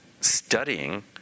studying